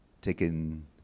taken